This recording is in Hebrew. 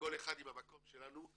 כל אחד מהמקום שלו,